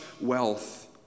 wealth